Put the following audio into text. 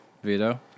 Vito